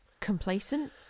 complacent